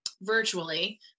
virtually